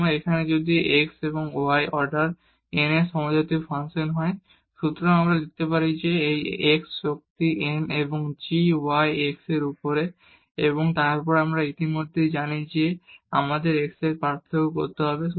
সুতরাং এখানে যদি এটি x এবং y অর্ডার n এর একটি সমজাতীয় ফাংশন হয় সুতরাং আমরা লিখতে পারি যে এই x শক্তি n এবং g y x এর উপরে এবং তারপর আমরা ইতিমধ্যেই জানি যে আমাদের x এর সাথে পার্থক্য করতে হবে